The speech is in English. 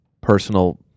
personal